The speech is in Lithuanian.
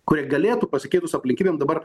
kurie galėtų pasikeitus aplinkybėm dabar